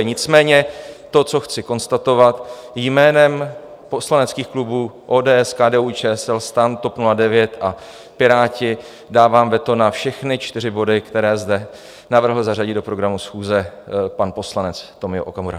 Nicméně to, co chci konstatovat jménem poslaneckých klubů ODS, KDUČSL, STAN, TOP 09 a Piráti, dávám veto na všechny čtyři body, které zde navrhl zařadit do programu schůze pan poslanec Tomio Okamura.